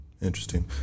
Interesting